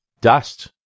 dust